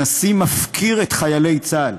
הנשיא מפקיר את חיילי צה"ל,